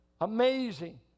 Amazing